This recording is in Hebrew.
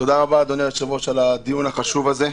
תודה רבה, אדוני היושב-ראש, על הדיון החשוב הזה.